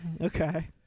okay